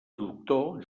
doctor